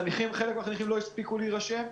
חלק מן החניכים לא הספיקו להירשם.